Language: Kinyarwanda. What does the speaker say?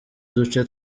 uduce